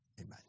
Amen